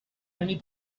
only